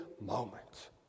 moment